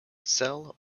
cell